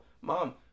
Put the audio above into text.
mom